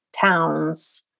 towns